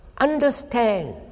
Understand